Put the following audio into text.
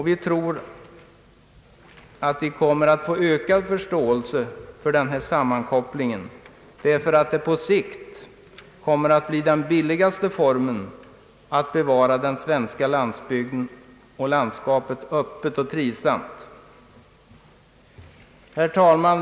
Vi tror att vi också kan räkna med en ökad förståelse från andra gruppers sida för den sammankoppling som det här är fråga om därför att den på längre sikt kommer att bli den billigaste formen när det gäller att bevara den svenska landsbygden och att bibehålla landskapet öppet och trivsamt. Herr talman!